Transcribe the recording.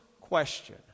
question